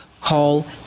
call